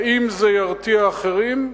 האם זה ירתיע אחרים?